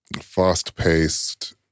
fast-paced